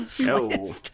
no